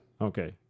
Okay